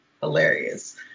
Hilarious